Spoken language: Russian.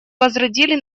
возродили